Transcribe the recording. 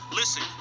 listen